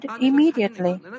immediately